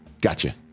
Gotcha